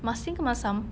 masin ke masam